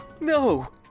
No